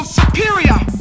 superior